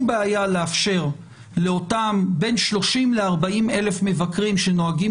בעיה לאפשר לאותם בין 30,000 ל-40,000 מבקרים שנוהגים